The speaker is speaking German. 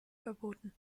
verboten